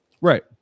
Right